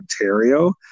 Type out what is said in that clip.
Ontario